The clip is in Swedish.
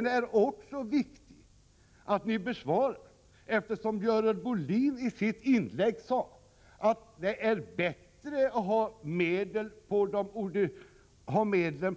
Det är också viktigt att ni besvarar den med tanke på att Görel Bohlin i sitt inlägg sade att det är bättre att ha medel på